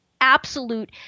absolute